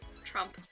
Trump